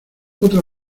otra